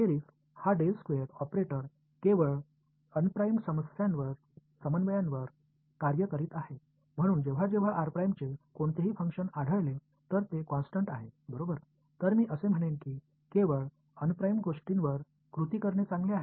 இறுதியாக இந்த del square operator இது திட்டமிடப்படாத ஒருங்கிணைப்புகளில் மட்டுமே செயல்படுகிறது எனவே இது r இன் எந்தவொரு செயல்பாட்டையும் சந்திக்கும் போது அது ஒரு நிலையாகும்